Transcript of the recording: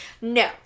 no